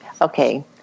Okay